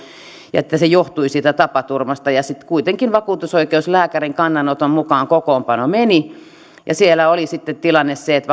ja että se johtui siitä tapaturmasta ja sitten kuitenkin vakuutusoikeuslääkärin kannanoton mukaan kokoonpano meni siellä oli sitten tilanne se että